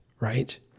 right